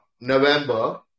November